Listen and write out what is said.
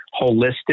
holistic